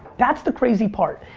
that's the crazy part.